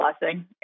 blessing